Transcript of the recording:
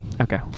Okay